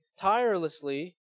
tirelessly